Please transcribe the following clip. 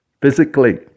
physically